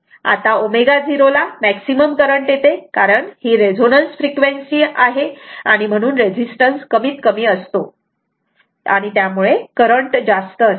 आता ω0 ला maximum current येते कारण ही रेझोनन्स फ्रिक्वेन्सी आहे आणि म्हणून रेझिस्टन्स कमीत कमी असतो आणि त्यामुळे करंट जास्त असते